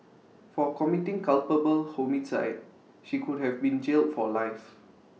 for committing culpable homicide she could have been jailed for life